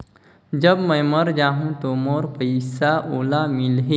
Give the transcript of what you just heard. जब मै मर जाहूं तो मोर पइसा ओला मिली?